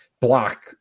block